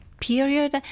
period